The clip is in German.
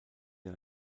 der